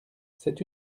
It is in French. c’est